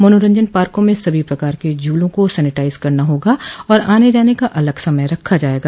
मनोरंजन पार्कों में सभी प्रकार के झूलों को सेनिटाइज करना होगा और आने जाने का अलग समय रखा जाएगा